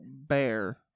Bear